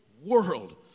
world